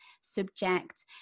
subject